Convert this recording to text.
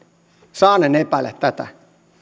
saanen epäillä tätä